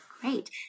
Great